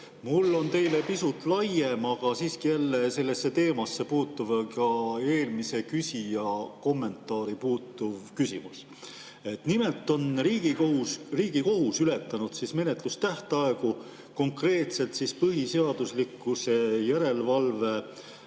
Mul on teile pisut laiem, aga siiski sellesse teemasse ja ka eelmise küsija kommentaari puutuv küsimus. Nimelt on Riigikohus ületanud menetlustähtaegu, konkreetselt põhiseaduslikkuse järelevalve